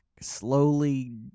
slowly